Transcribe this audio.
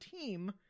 team